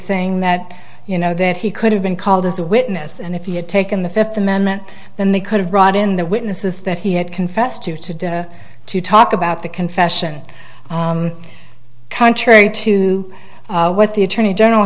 saying that you know that he could have been called as a witness and if he had taken the fifth amendment then they could have brought in the witnesses that he had confessed to today to talk about the confession contrary to the attorney general